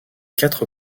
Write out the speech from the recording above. quatre